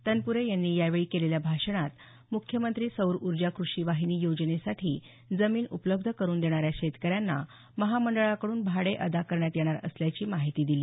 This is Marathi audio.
तनपूरे यांनी यावेळी केलेल्या भाषणात मुख्यमंत्री सौर कृषी वाहिनी योजनेसाठी जमीन उपलब्ध करून देणाऱ्या शेतकऱ्यांना महामंडळाकडून भाडे अदा करण्यात येणार असल्याची माहिती दिली